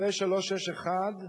פ/361,